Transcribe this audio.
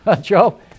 Joe